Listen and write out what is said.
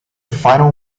final